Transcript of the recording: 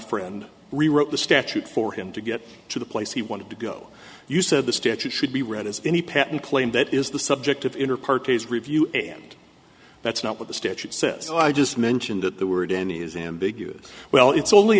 friend rewrote the statute for him to get to the place he wanted to go you said the statute should be read as any patent claim that is the subject of inner parties review and that's not what the statute says i just mentioned that there weren't any is ambiguous well it's only